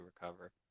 recover